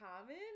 common